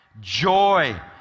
Joy